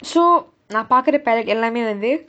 so நான் பாக்குற:naan paakkura palette எல்லாமே வந்து:ellaamae vanthu